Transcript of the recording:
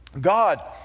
God